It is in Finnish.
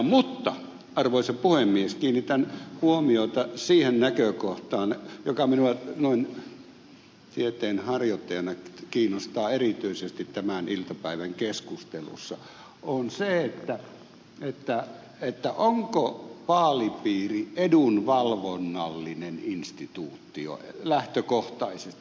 mutta arvoisa puhemies kiinnitän huomiota siihen näkökohtaan joka minua noin tieteenharjoittajana kiinnostaa erityisesti tämän iltapäivän keskustelussa että onko vaalipiiri edunvalvonnallinen instituutio lähtökohtaisesti